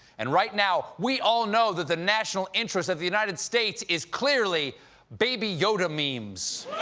and right now, we all know that the national interest of the united states is clearly baby yoda memes.